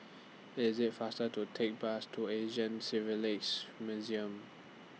IS IT faster to Take Bus to Asian Museum